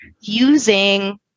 using